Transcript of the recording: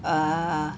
err